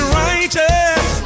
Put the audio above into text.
righteous